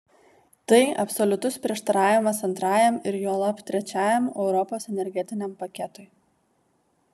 tai absoliutus prieštaravimas antrajam ir juolab trečiajam europos energetiniam paketui